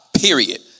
period